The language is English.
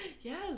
Yes